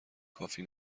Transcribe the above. کافی